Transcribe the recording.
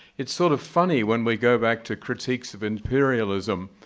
it's sort of funny, when we go back to critiques of imperialism,